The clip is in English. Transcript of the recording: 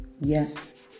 yes